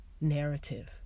narrative